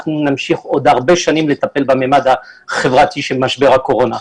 אנחנו נמשיך עוד הרבה שנים לטפל בממד החברתי של משבר הקורונה.